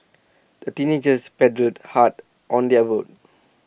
the teenagers paddled hard on their boat